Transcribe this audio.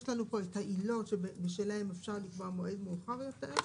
יש לנו פה העילות שבשלהן אפשר לקבוע מועד מאוחר יותר,